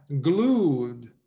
glued